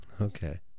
Okay